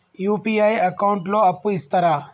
UPI account లో అప్పు ఇస్తరా?